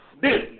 business